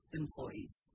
employees